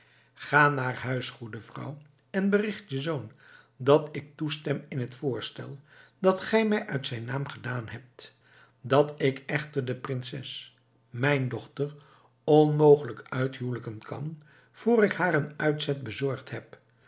ga naar huis goede vrouw en bericht je zoon dat ik toestem in het voorstel dat gij mij uit zijn naam gedaan hebt dat ik echter de prinses mijn dochter onmogelijk uithuwelijken kan voor ik haar een uitzet bezorgd heb